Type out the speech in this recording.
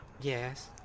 Yes